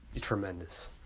tremendous